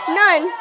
none